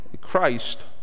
Christ